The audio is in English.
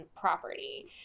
property